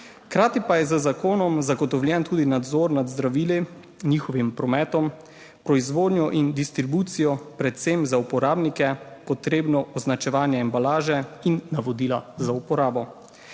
Hkrati pa je z zakonom zagotovljen tudi nadzor nad zdravili, njihovim prometom, proizvodnjo in distribucijo, predvsem za uporabnike potrebno označevanje embalaže in navodila za uporabo.